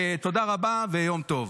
ותודה רבה ויום טוב.